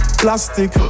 plastic